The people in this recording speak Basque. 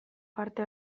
parte